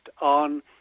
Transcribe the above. on